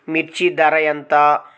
మిర్చి ధర ఎంత?